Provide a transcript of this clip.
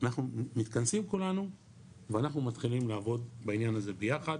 אנחנו מתכנסים כולנו ואנחנו מתחילים לעבוד בעניין הזה ביחד'